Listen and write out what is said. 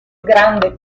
grande